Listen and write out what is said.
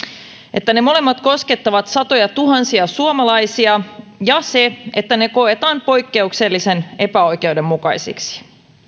että ne molemmat koskettavat satojatuhansia suomalaisia ja se että ne koetaan poikkeuksellisen epäoikeudenmukaisiksi